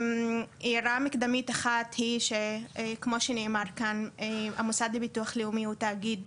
הערה מקדמית אחת היא שכמו שנאמר כאן המוסד לביטוח לאומי הוא תאגיד